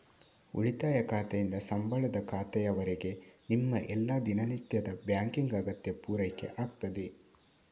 ಉಳಿತಾಯ ಖಾತೆಯಿಂದ ಸಂಬಳದ ಖಾತೆಯವರೆಗೆ ನಿಮ್ಮ ಎಲ್ಲಾ ದಿನನಿತ್ಯದ ಬ್ಯಾಂಕಿಂಗ್ ಅಗತ್ಯ ಪೂರೈಕೆ ಆಗ್ತದೆ